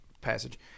passage